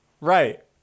Right